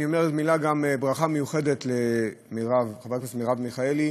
אני אומר ברכה מיוחדת לחברת הכנסת מרב מיכאלי.